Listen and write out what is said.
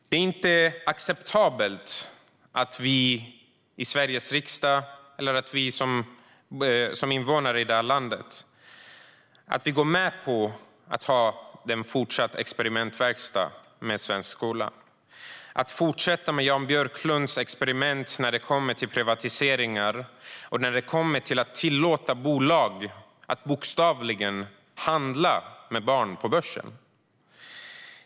Det är inte acceptabelt att Sveriges riksdag och invånare i landet går med på att fortsätta ha experimentverkstad med svensk skola, att fortsätta med Jan Björklunds experiment med privatiseringar och att tillåta bolag att bokstavligen handla med barn på börsen.